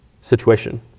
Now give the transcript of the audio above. situation